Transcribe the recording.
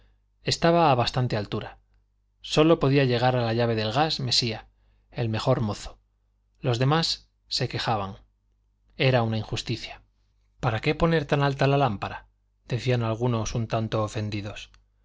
estaba a bastante altura sólo podía llegar a la llave del gas mesía el mejor mozo los demás se quejaban era una injusticia para qué poner tan alta la lámpara decían algunos un tanto ofendidos